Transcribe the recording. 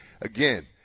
again